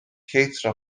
kate